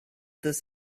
this